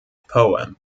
poem